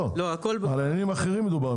במדרגות.